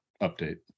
update